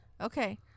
Okay